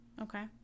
Okay